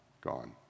Gone